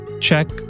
check